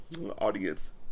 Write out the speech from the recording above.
Audience